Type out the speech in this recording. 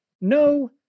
No